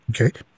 okay